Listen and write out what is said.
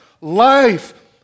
life